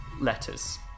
letters